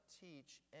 teach